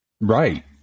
Right